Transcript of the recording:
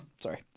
Sorry